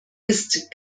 ist